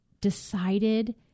decided